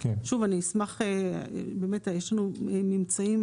שוב אני אשמח באמת יש לנו ממצאים,